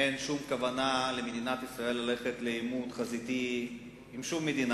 אין שום כוונה למדינת ישראל ללכת לעימות חזיתי עם שום מדינה.